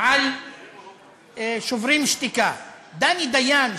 על "שוברים שתיקה" דני דיין,